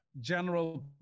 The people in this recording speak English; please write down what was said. general